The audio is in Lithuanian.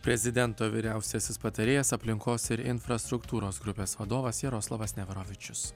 prezidento vyriausiasis patarėjas aplinkos ir infrastruktūros grupės vadovas jaroslavas neverovičius